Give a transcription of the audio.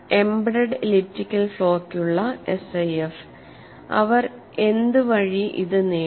embedded elliptical ഫ്ലോക്കുള്ള SIF അവർ എന്ത് വഴി ഇത് നേടി